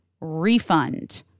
refund